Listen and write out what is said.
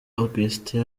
augustin